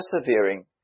persevering